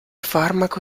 farmaco